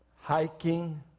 Hiking